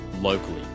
locally